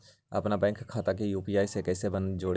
अपना बैंक खाता के यू.पी.आई से कईसे जोड़ी?